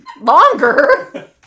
longer